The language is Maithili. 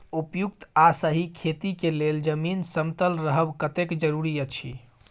उपयुक्त आ सही खेती के लेल जमीन समतल रहब कतेक जरूरी अछि?